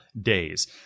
days